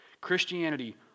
Christianity